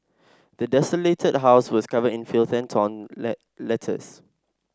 the desolated house was covered in filth and torn letters